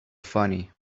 funny